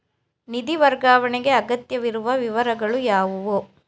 ನಿಧಿ ವರ್ಗಾವಣೆಗೆ ಅಗತ್ಯವಿರುವ ವಿವರಗಳು ಯಾವುವು?